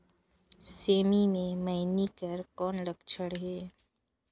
सेमी मे मईनी के कौन लक्षण हे?